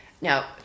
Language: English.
now